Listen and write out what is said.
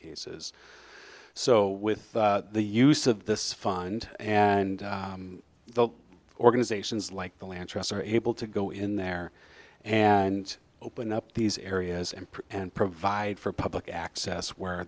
cases so with the use of this fund and the organizations like the land trust are able to go in there and open up these areas and prepare and provide for public access where